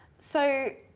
so